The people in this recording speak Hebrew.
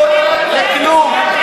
אין לך תשובות על כלום.